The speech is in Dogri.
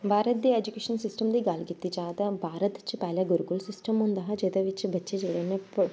भारत दे ऐजूकेशन सिस्टम दी गल्ल कीती जा ते भारत च पैह्लें गुरूकुल सिस्टम होंदा हा जेह्दे बिच्च बच्चे जेह्ड़े न प